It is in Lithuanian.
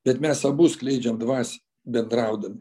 bet mes abu skleidžiam dvasią bendraudami